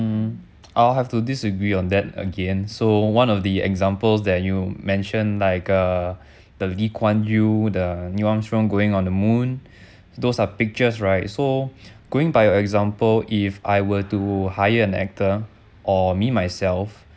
hmm I'll have to disagree on that again so one of the examples that you mentioned like uh the lee-kuan-yew the neil armstrong going on the moon those are pictures right so going by your example if I were to hire an actor or me myself